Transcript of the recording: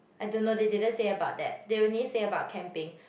I don't know they didn't say about that they only say about camping